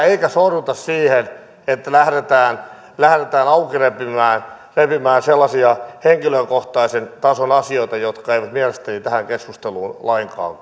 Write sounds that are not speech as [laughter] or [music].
[unintelligible] eikä sorruta siihen että lähdetään auki repimään repimään sellaisia henkilökohtaisen tason asioita jotka eivät mielestäni tähän keskusteluun lainkaan [unintelligible]